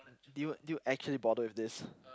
do you do you actually bother with this